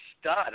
stud